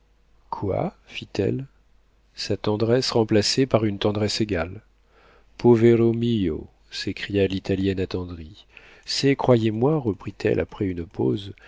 quoi fit-elle sa tendresse remplacée par une tendresse égale povero mio s'écria l'italienne attendrie c'est croyez-moi reprit-elle après une pause